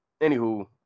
anywho